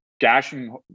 gashing